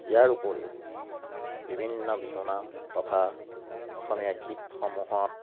ইয়াৰ উপৰিও বিভিন্ন বিহুনাম তথা অসমীয়া গীতসমূহত